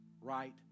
right